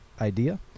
idea